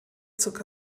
zirka